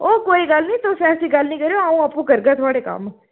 ओह् कोई गल्ल निं तुस ऐसी गल्ल निं करेओ अ'ऊं आपूं करगा थुआढ़े कम्म